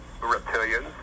reptilians